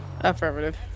Affirmative